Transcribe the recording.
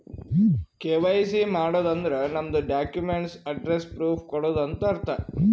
KYC ಮಾಡದ್ ಅಂದುರ್ ನಮ್ದು ಡಾಕ್ಯುಮೆಂಟ್ಸ್ ಅಡ್ರೆಸ್ಸ್ ಪ್ರೂಫ್ ಕೊಡದು ಅಂತ್ ಅರ್ಥ